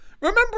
Remember